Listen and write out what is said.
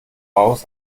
aus